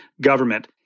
government